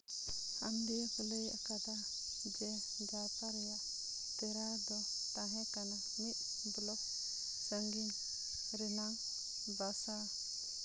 ᱟᱢ ᱱᱤᱭᱮ ᱠᱚ ᱞᱟᱹᱭ ᱟᱠᱟᱫᱟ ᱡᱮ ᱫᱟᱠᱟ ᱨᱮᱭᱟᱜ ᱛᱮᱨᱟ ᱫᱚ ᱛᱟᱦᱮᱸᱠᱟᱱᱟ ᱢᱤᱫ ᱵᱞᱚᱠ ᱥᱟᱺᱜᱤᱧ ᱨᱮᱱᱟᱝ ᱵᱟᱥᱟ